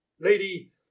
Lady